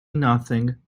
nothing